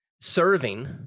serving